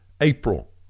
April